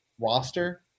roster